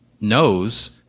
knows